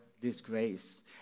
disgrace